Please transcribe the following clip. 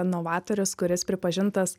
novatorius kuris pripažintas